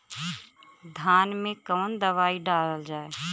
धान मे कवन दवाई डालल जाए?